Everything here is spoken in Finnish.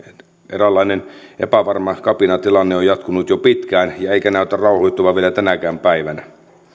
eräänlainen epävarma kapinatilanne on jatkunut jo pitkään eikä näytä rauhoittuvan vielä tänäkään päivänä